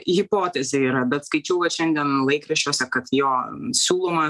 hipotezė yra bet skaičiau vat šiandien laikraščiuose kad jo siūloma